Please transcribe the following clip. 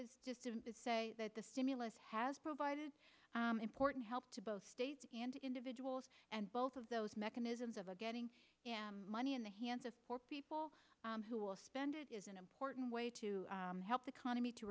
is just to say that the stimulus has provided important help to both state and individuals and both of those mechanisms of a getting money in the hands of poor people who will spend it is an important way to help the economy to